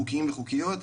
חוקיים וחוקיות,